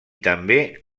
també